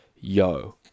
Yo